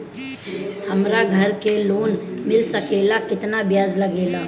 हमरा घर के लोन मिल सकेला केतना ब्याज लागेला?